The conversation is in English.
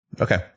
Okay